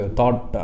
thought